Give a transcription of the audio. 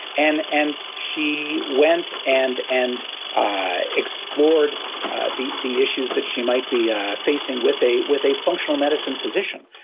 and and she went and and explored the the issues that she might be ah facing with a with a functional medicine physician.